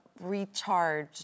recharge